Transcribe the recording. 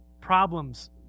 problems